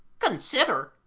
consider,